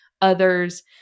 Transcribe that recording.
others